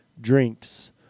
drinks